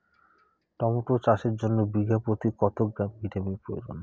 Tomato চাষের জন্য বিঘা প্রতি কত গ্রাম ভিটামিন প্রয়োজন?